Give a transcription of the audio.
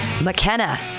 McKenna